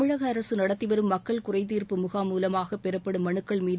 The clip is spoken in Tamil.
தமிழக அரசு நடத்திவரும் மக்கள் குறைதீர்ப்பு முகாம் மூலமாக பெறப்படும் மனுக்கள் மீது